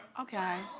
okay.